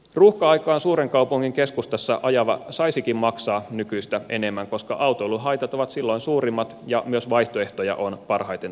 ruuhka aikaan suuren kaupungin keskustassa ajava saisikin maksaa nykyistä enemmän koska autoilun haitat ovat silloin suurimmat ja myös vaihtoehtoja on parhaiten tarjolla